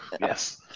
Yes